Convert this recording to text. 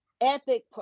epic